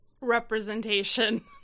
representation